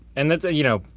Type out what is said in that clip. and that's, ah you know,